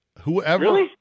Whoever